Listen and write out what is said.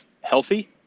healthy